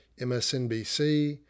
MSNBC